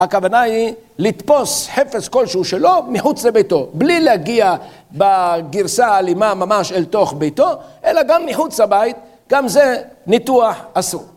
הכוונה היא לתפוס חפץ כלשהו שלו מחוץ לביתו, בלי להגיע בגרסה אלימה ממש אל תוך ביתו, אלא גם מחוץ הבית, גם זה ניתוח אסור.